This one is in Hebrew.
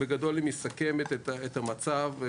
השקף מסכם את המצב.